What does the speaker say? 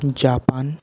Japan